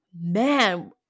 man